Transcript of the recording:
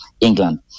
England